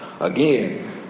Again